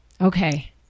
Okay